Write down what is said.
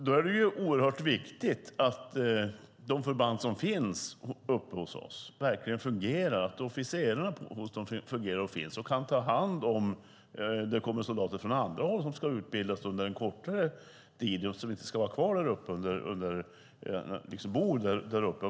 Då är det oerhört viktigt att de förband som finns uppe hos oss verkligen fungerar och att det finns officerare som kan ta hand om soldater som kommer från andra håll och ska utbildas under en kortare tid men inte ska bo och verka där uppe.